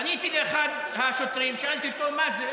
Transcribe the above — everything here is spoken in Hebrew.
פניתי לאחד השוטרים ושאלתי אותו: מה זה?